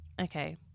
okay